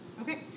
Okay